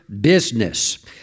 business